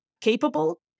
capable